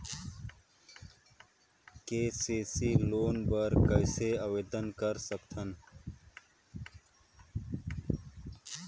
KCC loan बर कइसे आवेदन कर सकथव?